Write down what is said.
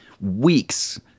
weeks